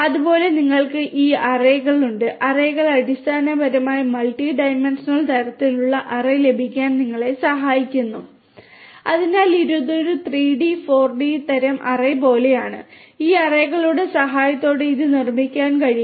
അപ്പോൾ നിങ്ങൾക്ക് ഈ അറേകളുണ്ട് അറേകൾ അടിസ്ഥാനപരമായി മൾട്ടി ഡൈമൻഷണൽ തരത്തിലുള്ള അറേ ലഭിക്കാൻ നിങ്ങളെ സഹായിക്കുന്നു അതിനാൽ ഇത് ഒരു 3 ഡി 4 ഡി തരം അറേ പോലെയാണ് ഈ അറേകളുടെ സഹായത്തോടെ ഇത് നിർമ്മിക്കാൻ കഴിയും